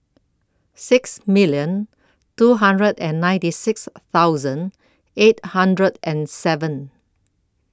six million two hundred and ninety six thousand eight hundred and seven